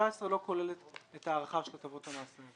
לא כוללת את ההארכה של הטבות המס האלה.